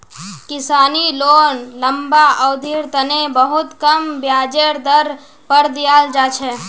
किसानी लोन लम्बा अवधिर तने बहुत कम ब्याजेर दर पर दीयाल जा छे